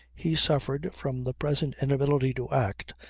he suffered from the present inability to act,